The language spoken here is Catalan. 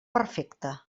perfecte